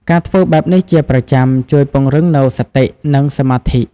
ការធ្វើបែបនេះជាប្រចាំ ជួយពង្រឹងនូវសតិ និងសមាធិ។